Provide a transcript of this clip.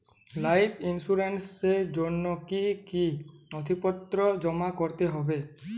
Life ইন্সুরেন্সর জন্য জন্য কি কি নথিপত্র জমা করতে হবে?